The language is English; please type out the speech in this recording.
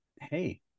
hey